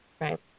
right